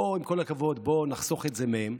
בואו, עם כל הכבוד, בואו נחסוך את זה מהם.